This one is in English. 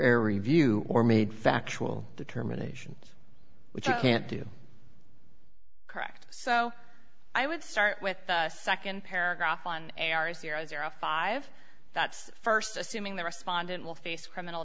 air review or made factual determination which i can't do correct so i would start with the nd paragraph on a r five that's st assuming the respondent will face criminal